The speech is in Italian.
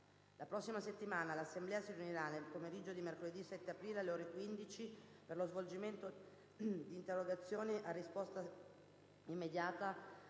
La prossima settimana l'Assemblea si riunirà nel pomeriggio di mercoledì 7 aprile, alle ore 15, per lo svolgimento di interrogazioni a risposta immediata